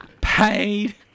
Paid